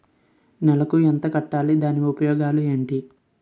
నెలకు ఎంత కట్టాలి? దాని ఉపయోగాలు ఏమిటి?